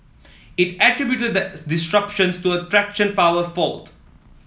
it attributed the disruptions to a traction power fault